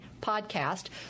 podcast